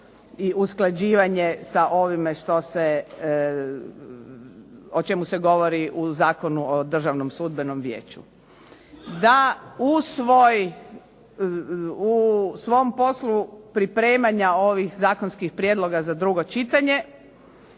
i usklađivanje sa ovime što se, o čemu se govori u Zakonu o Državnom sudbenom vijeću. Da u svom poslu pripremanja ovih zakonskih prijedloga za drugo čitanje,